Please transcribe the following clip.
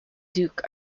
duke